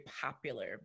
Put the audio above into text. popular